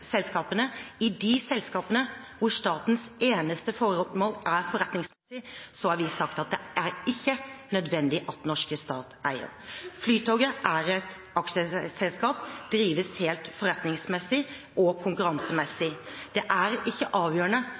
selskapene. I de selskapene hvor statens eneste formål er forretningsmessig, har vi sagt at det er ikke nødvendig at den norske stat eier. Flytoget er et aksjeselskap, drives helt forretningsmessig og konkurransemessig. Det er ikke avgjørende